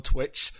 Twitch